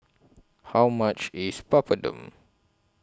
How much IS Papadum